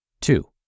Two